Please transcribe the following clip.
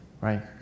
right